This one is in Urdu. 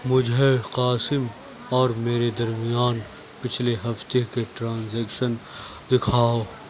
مجھے قاسم اور میرے درمیان پچھلے ہفتے کے ٹرانزیکشن دکھاؤ